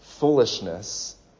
foolishness